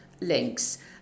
links